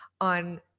on